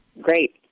Great